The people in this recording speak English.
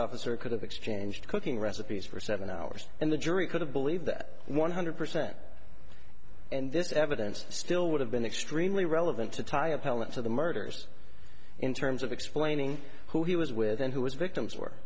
officer could have exchanged cooking recipes for seven hours and the jury couldn't believe that one hundred percent and this evidence still would have been extremely relevant to tie appellant to the murders in terms of explaining who he was with and who his victims were